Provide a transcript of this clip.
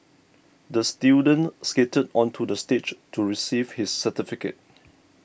the student skated onto the stage to receive his certificate